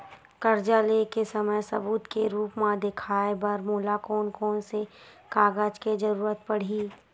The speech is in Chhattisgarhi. कर्जा ले के समय सबूत के रूप मा देखाय बर मोला कोन कोन से कागज के जरुरत पड़ही?